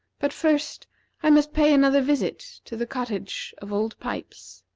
but first i must pay another visit to the cottage of old pipes.